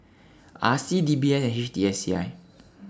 R C D B A and H T S C I